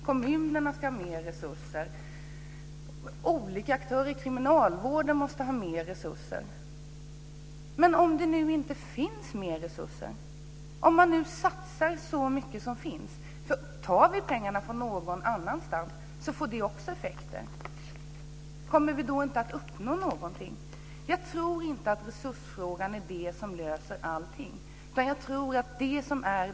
Kommunerna ska ha mer resurser. Olika aktörer i kriminalvården måste ha mer resurser. Men om det nu inte finns mer resurser? Om man redan satsar så mycket som finns? Tar vi pengarna någon annanstans ifrån får det också effekter. Kommer vi då inte att uppnå någonting? Jag tror inte att mer resurser löser alla problem.